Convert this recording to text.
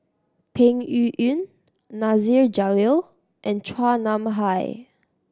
Peng Yuyun Nasir Jalil and Chua Nam Hai